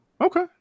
Okay